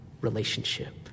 relationship